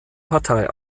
partei